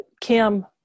Kim